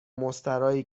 مستراحی